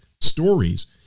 stories